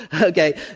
Okay